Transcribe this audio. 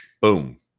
boom